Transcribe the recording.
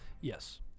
Yes